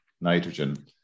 nitrogen